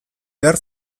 behar